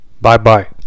bye-bye